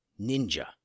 ninja